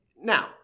now